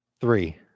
three